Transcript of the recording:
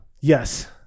Yes